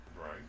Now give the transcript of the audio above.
Right